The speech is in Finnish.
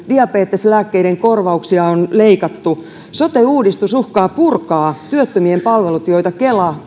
diabeteslääkkeiden korvauksia on leikattu sote uudistus uhkaa purkaa työttömien palvelut joita kela